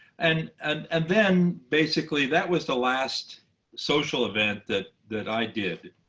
and and and then basically that was the last social event that that i did.